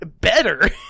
Better